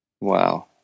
Wow